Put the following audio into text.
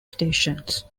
stations